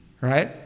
right